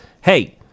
hey